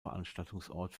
veranstaltungsort